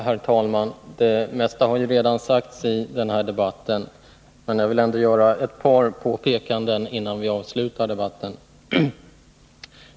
Herr talman! Det mesta har redan sagts i den här debatten, men jag vill ändå göra ett par påpekanden innan vi avslutar den.